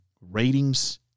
Ratings